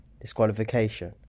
disqualification